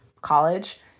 college